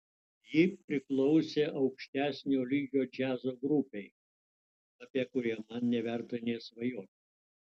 ji priklausė aukštesnio lygio džiazo grupei apie kurią man neverta nė svajoti